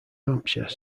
hampshire